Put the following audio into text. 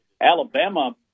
Alabama